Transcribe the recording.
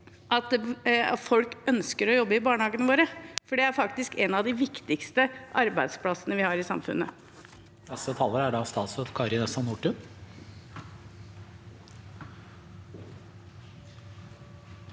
at folk ønsker å jobbe i barnehagene våre, for det er faktisk en av de viktigste arbeidsplassene vi har i samfunnet.